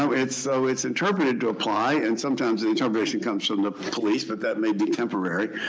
so it's so it's interpreted to apply. and sometimes the interpretation comes from the police, but that may be temporary.